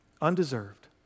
Undeserved